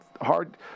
hard –